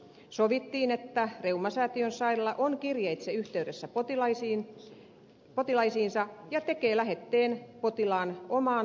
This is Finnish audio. sovittiin että reumasäätiön sairaala on kirjeitse yhteydessä potilaisiinsa ja tekee lähetteen potilaan omaan sairaanhoitopiiriin